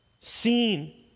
seen